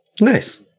Nice